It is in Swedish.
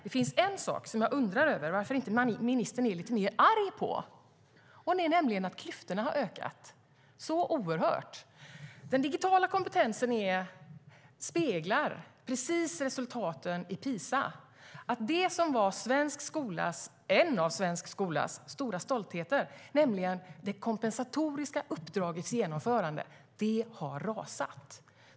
Det finns dock en sak som jag undrar över varför ministern inte är lite mer arg på, och det är att klyftorna har ökat så mycket. Den digitala kompetensen speglar PISA-resultaten. Det kompensatoriska uppdragets genomförande, som var en av svensk skolas stora stoltheter, har rasat.